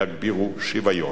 יגבירו שוויון.